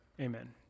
amen